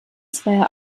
zweier